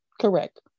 Correct